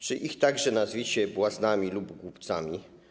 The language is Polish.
Czy ich także nazwiecie błaznami lub głupcami?